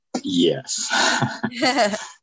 Yes